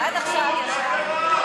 קצת פרגון,